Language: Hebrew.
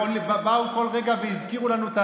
ובאו בכל רגע והזכירו לנו את